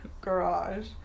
garage